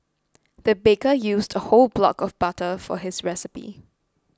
the baker used the whole block of butter for this recipe